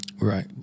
Right